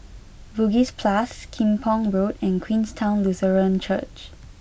Bugis plus Kim Pong Road and Queenstown Lutheran Church